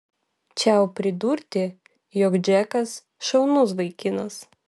čiau pridurti jog džekas šaunus vaikinas